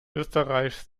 österreichs